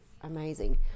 amazing